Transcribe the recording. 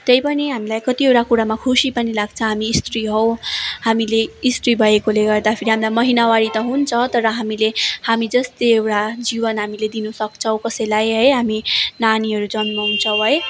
त्यही पनि हामलाई कतिवटा कुरामा खुसी पनि लाग्छ हामी स्त्री हौँ हामीले स्त्री भएकोले गर्दाफेरि हामीलाई महिनावरी त हुन्छ तर हामीले हामीजस्तै एउटा जीवन हामीले दिनुसक्छौँ कसैलाई है हामी नानीहरू जन्माउछौँ है